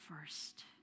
first